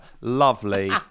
Lovely